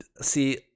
See